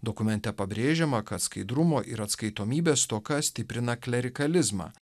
dokumente pabrėžiama kad skaidrumo ir atskaitomybės stoka stiprina klerikalizmą